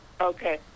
Okay